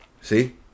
see